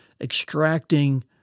extracting